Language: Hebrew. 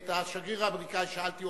את השגריר האמריקני שאלתי,